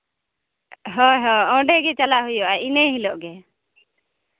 ᱦᱳᱭ ᱦᱳᱭ ᱚᱸᱰᱮᱜᱮ ᱪᱟᱞᱟᱜ ᱦᱩᱭᱩᱜᱼᱟ ᱤᱱᱟᱹ ᱦᱤᱞᱳᱜ ᱜᱮ